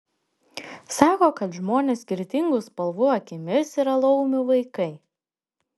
sako kad žmonės skirtingų spalvų akimis yra laumių vaikai